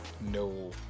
no